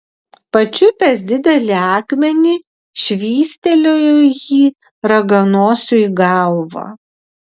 pačiupęs didelį akmenį švystelėjo jį raganosiui į galvą